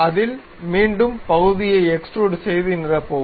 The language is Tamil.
அதில் மீண்டும் பகுதியை எக்ஸ்டுரூட் செய்து நிரப்பவும்